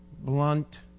blunt